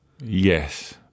yes